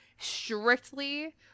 strictly